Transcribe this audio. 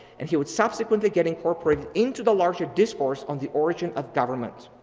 and he would subsequently get incorporated into the larger discourse on the origin of government.